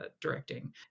directing